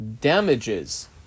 damages